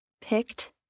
picked